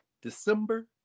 december